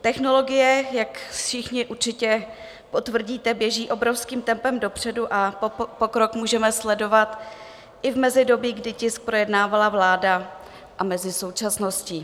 Technologie, jak všichni určitě potvrdíte, běží obrovským tempem dopředu a pokrok můžeme sledovat i v mezidobí, kdy tisk projednávala vláda, a mezi současností.